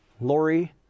Lori